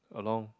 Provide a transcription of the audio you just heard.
along